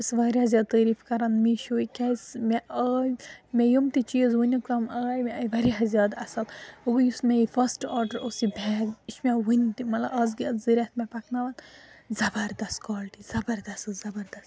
بہٕ ٲس واریاہ زیادٕ تعٲریٖف کَران میٖشوٕکۍ کیٛازِ مےٚ آے مےٚ یِم تہِ چیٖز ونیُک تام آے مےٚ آیہِ واریاہ زیادٕ اَصٕل وۄں یُس مےٚ یہِ فٔسٹ آرڈَر اوس یہِ بیگ یہِ چھِ مےٚ وٕنہِ تہِ مطلب اَز گٔے زٕ رٮ۪تھ مےٚ پَکناوان زَبَردَس کالٹی زَبَردَس زَبَردَس